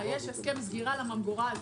יש הסכם סגירה לממגורה הזאת.